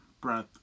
breath